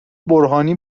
برهانی